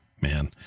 man